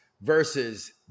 versus